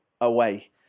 away